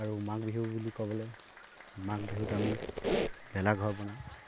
আৰু মাঘ বিহু বুলি ক'বলৈ মাঘ বিহুত আমি ভেলাঘৰ বনাওঁ